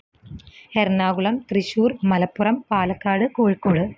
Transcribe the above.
Ernakulam Thrissur Malappuram Palakkad Kozhikode